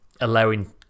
allowing